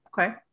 Okay